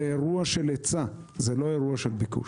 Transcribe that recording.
זה אירוע של היצע ולא של ביקוש.